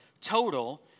total